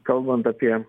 kalbant apie